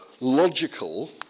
logical